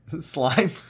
slime